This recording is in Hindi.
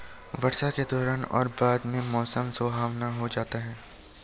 वर्षा के दौरान और बाद में मौसम सुहावना हो जाता है